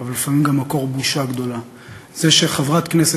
לפני שאני אתייחס ליום הסטודנט,